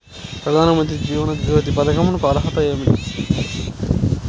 ప్రధాన మంత్రి జీవన జ్యోతి పథకంకు అర్హతలు ఏమిటి?